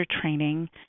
training